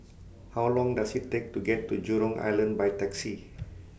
How Long Does IT Take to get to Jurong Island By Taxi